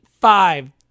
five